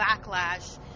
backlash